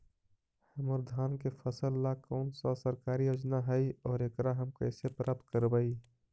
हमर धान के फ़सल ला कौन सा सरकारी योजना हई और एकरा हम कैसे प्राप्त करबई?